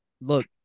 Look